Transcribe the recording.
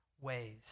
ways